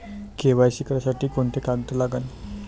KYC करासाठी कोंते कोंते कागद लागन?